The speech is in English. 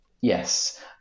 Yes